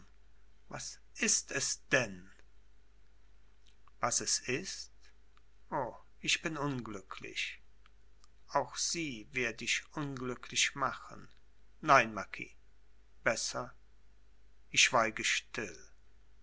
was ist es denn was es ist o ich bin unglücklich auch sie werd ich unglücklich machen nein marquis besser ich schweige still